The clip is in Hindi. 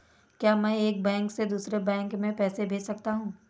क्या मैं एक बैंक से दूसरे बैंक में पैसे भेज सकता हूँ?